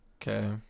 Okay